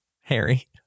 Harry